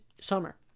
summer